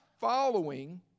following